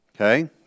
Okay